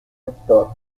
actor